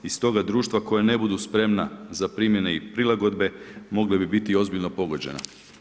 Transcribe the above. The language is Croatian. I stoga društva koja ne budu spremna na primjene i prilagodbe mogle bi biti i ozbiljno pogođena.